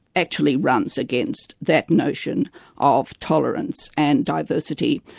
actually runs against that notion of tolerance and diversity,